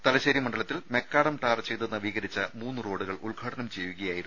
തലശേരി മണ്ഡലത്തിൽ macadam tar ചെയ്ത് നവീകരിച്ച മൂന്ന് റോഡുകൾ ഉദ്ഘാടനം ചെയ്യുകയായിരുന്നു മന്ത്രി